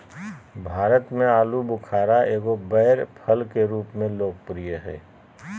भारत में आलूबुखारा एगो बैर फल के रूप में लोकप्रिय हइ